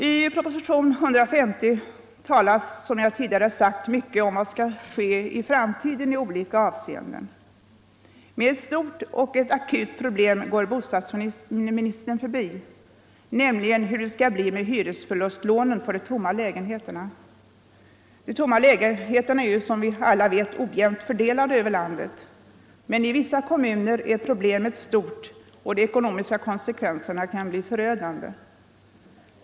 I propositionen 150 talas, som jag tidigare sagt, mycket om vad som skall ske i framtiden i olika avseenden. Men ett stort och akut problem går bostadsministern förbi, nämligen hur det skall bli med hyresförlustlånen för de tomma lägenheterna. Som vi vet är de tomma lägenheterna ojämnt fördelade över landet, men i vissa kommuner är problemet stort, och de ekonomiska konsekvenserna kan bli förödande.